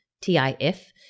t-i-f